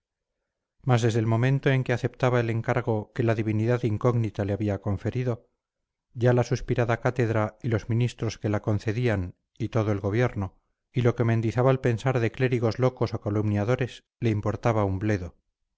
mas desde el momento en que aceptaba el cargo que la divinidad incógnita le había conferido ya la suspirada cátedra y los ministros que la concedían y todo el gobierno y lo que mendizábal pensara de clérigos locos o calumniadores le importaba un bledo